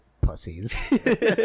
pussies